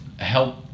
help